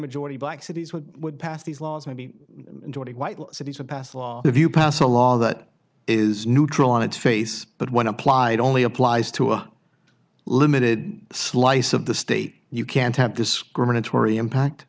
majority black cities which would pass these laws maybe cities would pass a law if you pass a law that is neutral on its face but when applied only applies to a limited slice of the state you can't have discriminatory impact